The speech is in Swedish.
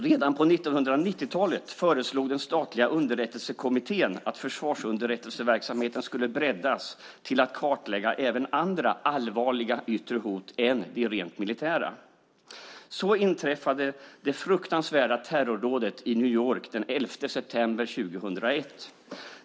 Redan på 1990-talet föreslog den statliga Underrättelsekommittén att försvarsunderrättelseverksamheten skulle breddas till att kartlägga även andra allvarliga yttre hot än de rent militära. Så inträffade det fruktansvärda terrordådet i New York den 11 september 2001.